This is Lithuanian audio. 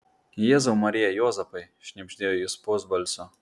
jėzau marija juozapai šnibždėjo jis pusbalsiu